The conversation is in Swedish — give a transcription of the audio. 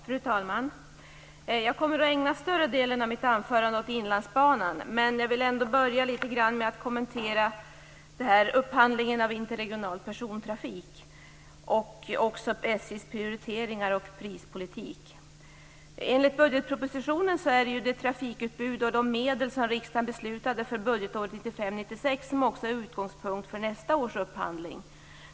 Fru talman! Jag kommer att ägna större delen av mitt anförande åt Inlandsbanan. Men jag vill ändå börja med att litet grand kommentera upphandlingen av interregional persontrafik och SJ:s prioriteringar och prispolitik. 1995/96 också utgångspunkt för nästa års upphandling.